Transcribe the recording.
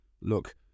Look